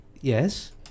Yes